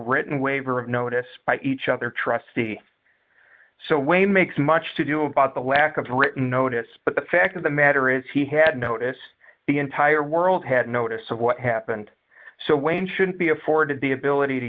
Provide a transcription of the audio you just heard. written waiver of notice by each other trustee so way makes much to do about the lack of written notice but the fact of the matter is he had notice the entire world had notice of what happened so wayne should be afforded the ability to